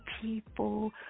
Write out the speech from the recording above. people